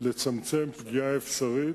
לצמצם פגיעה אפשרית